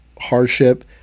hardship